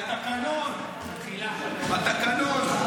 התקנון, התקנון.